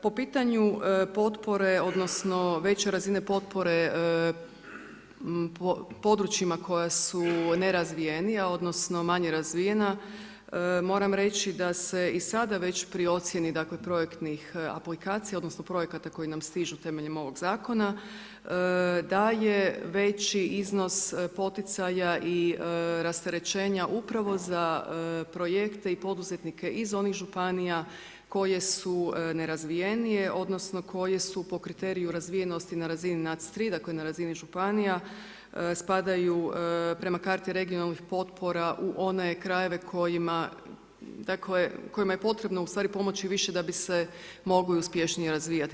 Po pitanju potpore, odnosno, veće razine potpore, područja koje su nerazvijenija, odnosno, manje razvijena, moram reći da se i sada već pri ocjeni, dakle projektnih aplikacija, odnosno, projekata koji nam stižu temeljem ovog zakona, daje veći iznos poticaja i rasterećenja upravo za projekte i poduzetnike iz onih županija koje su nerazvijenije, odnosno, koje su po kriteriju razvijenosti na razini NAC 3, dakle, na razini županija, spadaju prema karti regionalnih potpora u one krajeve kojima, dakle, kojima je ustvari pomoći više da bi se mogli uspješnije razvijati.